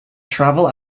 travel